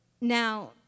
Now